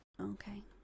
Okay